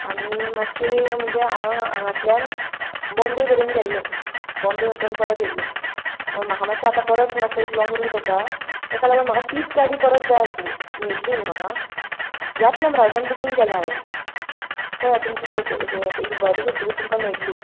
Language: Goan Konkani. आनी मातशे म्हणजे हांव हांगासल्ल्यान बोम्बे मेरेन गेल्लें बोम्बे वचून परत येल्लें म्हाका मातशे एक परत मातसो एक लोंग रूट आसा ताका लागून म्हाका तीच गाडी परत जाय आसली मेळटली न्हय म्हाका ह्याच नंबरावेल्यान बुकिंग केल्लें हांवें पळया तुमची इंक्वायरी करतकूच तुमकां मेळटली